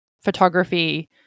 photography